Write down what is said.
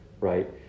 right